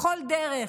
בכל דרך,